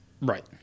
Right